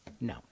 No